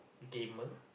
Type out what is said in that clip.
gamer